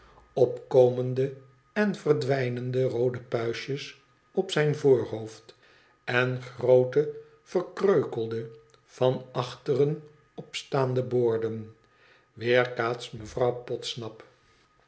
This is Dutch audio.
opkomende en verdwijnende roode puistjes op zijn voorhoofd en groote verkreukelde van achteren opstaande boorden weerkaatst mevrouw podsnap